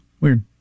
weird